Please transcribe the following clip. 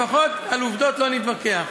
לפחות על עובדות לא נתווכח.